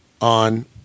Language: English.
on